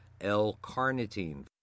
L-carnitine